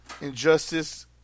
Injustice